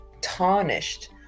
tarnished